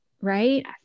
right